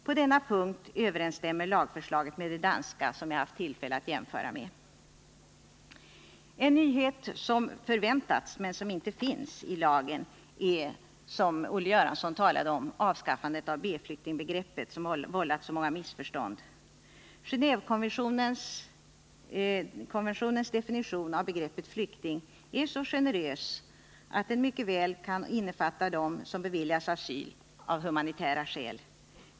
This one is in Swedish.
På denna punkt överensstämmer lagförslaget med det danska, som jag haft tillfälle att jämföra med. En nyhet som förväntats men som inte finns i lagen är, som Olle Göransson talade om, avskaffandet av B-flyktingbegreppet, som har vållat så många missförstånd. Genevekonventionens definition av begreppet flykting är så generös att den mycket väl kan innefatta dem som beviljas asyl av humanitära skäl.